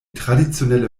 traditionelle